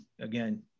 again